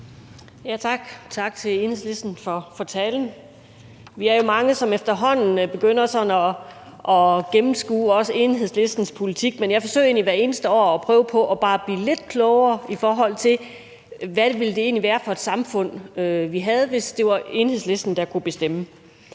Tak til Enhedslisten for talen. Vi er mange, der efterhånden begynder at gennemskue Enhedslistens politik, men jeg forsøger egentlig hvert eneste år at blive bare lidt klogere på, hvad det egentlig ville være for et samfund, vi ville have, hvis det var Enhedslisten, der kunne bestemme.